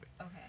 Okay